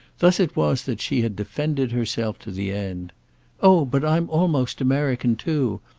thus it was that she had defended herself to the end oh but i'm almost american too.